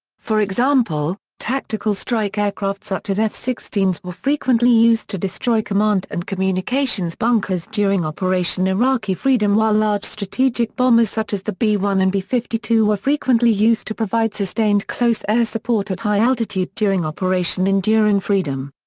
for example, tactical strike aircraft such as f sixteen s were frequently used to destroy command and communications bunkers during operation iraqi freedom while large strategic bombers such as the b one and b fifty two were frequently used to provide sustained close air support at high altitude during operation enduring freedom.